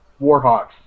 warhawks